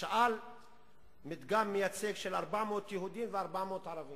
ושאל מדגם מייצג של 400 יהודים ו-400 ערבים,